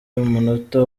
umunota